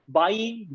buying